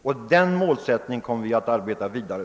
Med den målsättningen kommer vi att arbeta vidare.